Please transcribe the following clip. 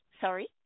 Sorry